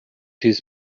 his